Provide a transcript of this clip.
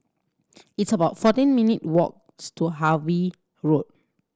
it's about fourteen minute walks to Harvey Road